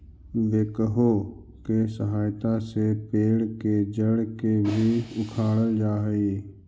backhoe के सहायता से पेड़ के जड़ के भी उखाड़ल जा हई